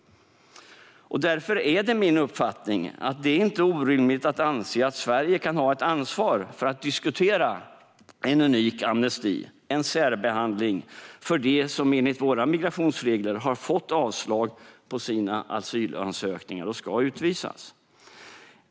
Därför är det min uppfattning att det inte är orimligt att anse att Sverige kan ha ett ansvar för att diskutera en unik amnesti - en särbehandling - för dem som enligt våra migrationsregler har fått avslag på sina asylansökningar och ska utvisas.